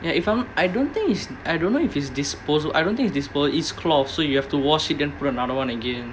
ya if I'm I don't think is I don't know if it's disposal I don't think it's disposal it's cloth so you have to wash it then put another one again